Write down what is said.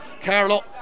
Carlo